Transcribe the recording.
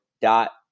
dot